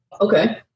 Okay